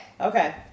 Okay